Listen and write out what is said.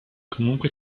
comunque